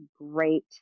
great